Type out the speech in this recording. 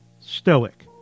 Stoic